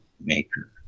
maker